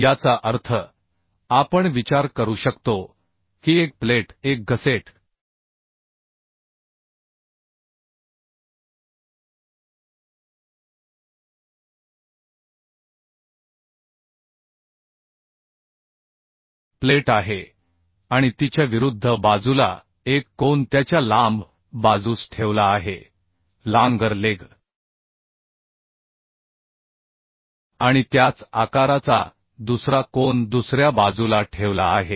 याचा अर्थ आपण विचार करू शकतो की एक प्लेट एक गसेट प्लेट आहे आणि तिच्या विरुद्ध बाजूला एक कोन त्याच्या लांब बाजूस ठेवला आहे लाँगर लेग आणि त्याच आकाराचा दुसरा कोन दुसऱ्या बाजूला ठेवला आहे